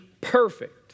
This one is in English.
perfect